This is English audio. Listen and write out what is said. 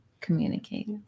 communicate